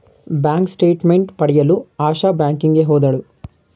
bank statement ಪಡೆಯಲು ಆಶಾ ಬ್ಯಾಂಕಿಗೆ ಹೋದಳು